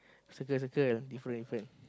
circle circle different different